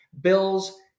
Bills